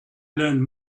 learn